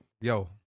Yo